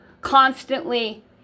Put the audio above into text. constantly